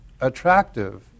attractive